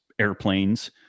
airplanes